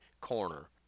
corner